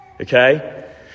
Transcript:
Okay